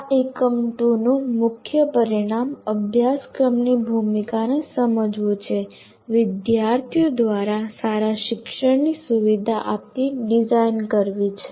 આ એકમ 2 નું મુખ્ય પરિણામ અભ્યાસક્રમની ભૂમિકાને સમજવું છે વિદ્યાર્થીઓ દ્વારા સારા શિક્ષણની સુવિધા આપતી ડિઝાઇન કરવી છે